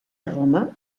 roma